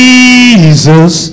Jesus